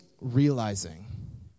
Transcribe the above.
realizing